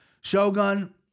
Shogun